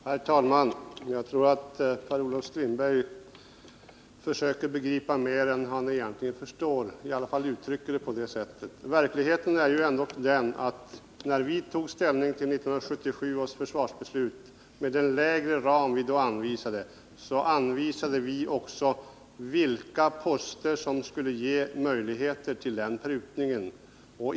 Herr talman! Jag tror att Per-Olof Strindberg försöker begripa mer än han egentligen förstår — i alla fall uttrycker han sig så att han ger det intrycket. Verkligheten är ändå den, att när vi tog ställning till 1977 års försvarsbeslut med den lägre ram som vi då anvisade, pekade vi också på de poster där en prutning skulle vara möjlig.